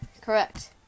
correct